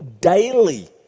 daily